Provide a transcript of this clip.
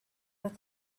with